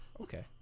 okay